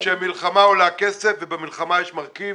מלחמה עולה כסף ובמלחמה יש מרכיב